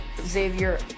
Xavier